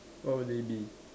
what would they be